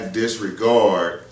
disregard